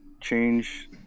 change